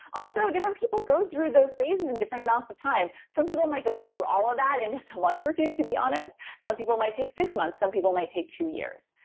also, different people go through those phases in different amounts of time. some people might go through all of that in just a month or two, to be honest, some people might take six months, some people might take two years.